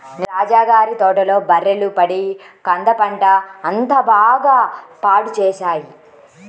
నిన్న రాజా గారి తోటలో బర్రెలు పడి కంద పంట అంతా బాగా పాడు చేశాయి